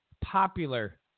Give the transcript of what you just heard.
popular